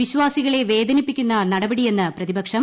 വിശ്വാസികളെ വേദനിപ്പിക്കുന്ന നടപടിയെന്ന് പ്രതിപക്ഷം